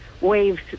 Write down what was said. waves